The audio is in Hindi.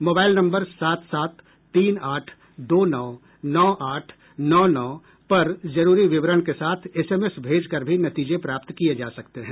मोबाइल नम्बर सात सात तीन आठ दो नौ नौ आठ नौ नौ पर जरूरी विवरण के साथ एसएमएस भेजकर भी नतीजे प्राप्त किए जा सकते हैं